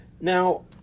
Now